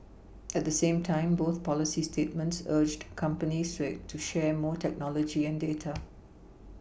at the same time both policy statements urged companies to share more technology and data